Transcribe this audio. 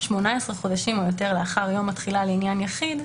18 חודשים או יותר לאחר יום התחילה לעניין יחיד,